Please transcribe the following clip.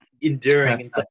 enduring